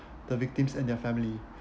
the victims and their family